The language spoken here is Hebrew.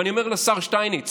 ואני אומר לשר שטייניץ